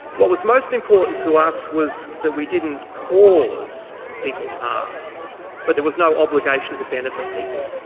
what was most important to us was that we didn't cause people harm but there was no obligation to benefit people.